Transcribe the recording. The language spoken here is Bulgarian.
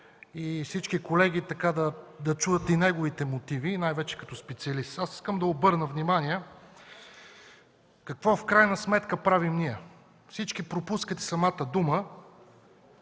и всички колеги да чуят и неговите мотиви, най-вече като специалист. Искам да обърна внимание какво в крайна сметка правим ние. Всички пропускат самата дума